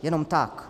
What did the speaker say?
Jenom tak.